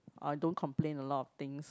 I don't complain a lot of things